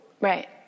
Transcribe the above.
Right